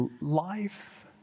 Life